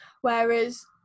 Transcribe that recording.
whereas